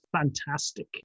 fantastic